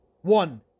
One